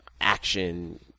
action